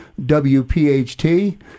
WPHT